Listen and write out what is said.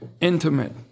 intimate